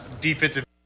defensive